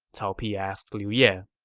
cao pi asked liu ye